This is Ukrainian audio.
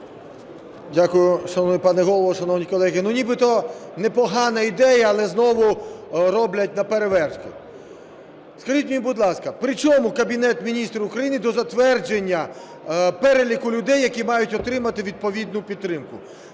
Дякую, шановний пане Голово. Шановні колеги, ну, нібито непогана ідея, але знову роблять наперевершки. Скажіть мені, будь ласка, при чому Кабінет Міністрів України до затвердження переліку людей, які мають отримати відповідну підтримку?